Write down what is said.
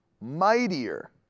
mightier